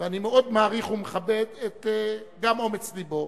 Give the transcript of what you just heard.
אני מאוד מעריך ומכבד את אומץ לבו